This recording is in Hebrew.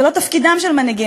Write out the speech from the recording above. זה לא תפקידם של מנהיגים.